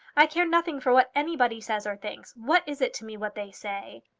i care nothing for what anybody says or thinks. what is it to me what they say?